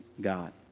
God